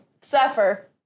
suffer